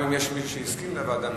גם אם יש מישהו שהסכים לוועדה,